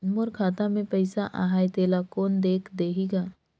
मोर खाता मे पइसा आहाय तेला कोन देख देही गा?